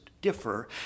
differ